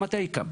מתי הוא קם?